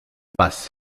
paz